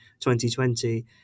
2020